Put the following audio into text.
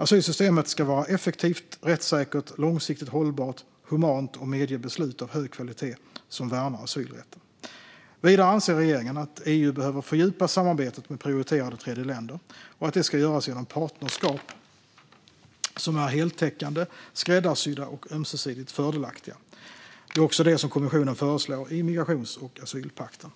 Asylsystemet ska vara effektivt, rättssäkert, långsiktigt hållbart, humant och medge beslut av hög kvalitet som värnar asylrätten. Vidare anser regeringen att EU behöver fördjupa samarbetet med prioriterade tredjeländer och att det ska göras genom partnerskap som är heltäckande, skräddarsydda och ömsesidigt fördelaktiga. Det är också det som kommissionen föreslår i migrations och asylpakten.